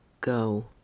go